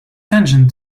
tangent